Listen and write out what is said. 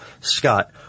Scott